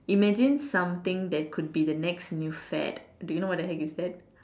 imagine something that could be the next new fad do you know what the heck is that